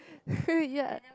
ya